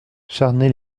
charnay